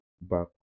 back